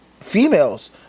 females